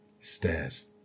stairs